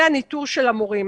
וניטור המורים.